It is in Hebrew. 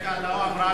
אמריקה לא אמרה,